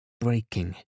breaking